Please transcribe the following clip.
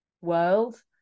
world